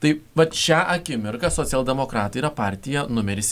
tai vat šią akimirką socialdemokratai yra partija numeris